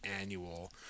annual